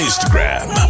Instagram